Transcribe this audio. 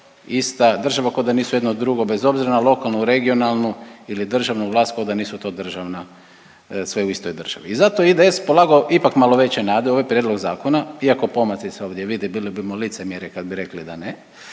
ista država, ko da nisu jedno drugo bez obzira na lokalnu, regionalnu ili državnu vlast, ko da nisu to državna, sve u istoj državi. I zato IDS polagao ipak malo veće nade u ovaj prijedlog zakona, iako pomaci se ovdje vide i bili bismo licemjeri kad bi rekli da ne,